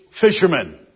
fishermen